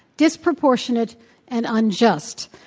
disproportionate and unjust.